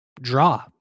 Draw